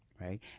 Right